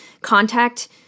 contact